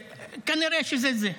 כנראה שזה זה.